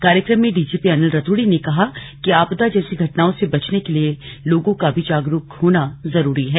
कार्यक्रम में डीजीपी अनिल रतूड़ी ने कहा कि आपदा जैसी घटनाओं से बचने के लिए लोगों का भी जागरूक होना जरूरी है